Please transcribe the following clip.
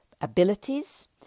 abilities